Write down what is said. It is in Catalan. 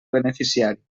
beneficiari